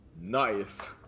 Nice